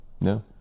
No